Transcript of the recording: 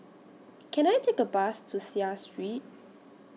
Can I Take A Bus to Seah Street